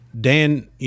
Dan